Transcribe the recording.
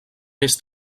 més